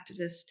activist